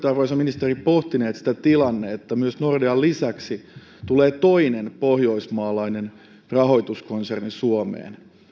arvoisa ministeri pohtinut sitä tilannetta että nordean lisäksi tulee myös toinen pohjoismaalainen rahoituskonserni suomeen